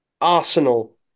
Arsenal